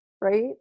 right